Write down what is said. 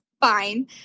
fine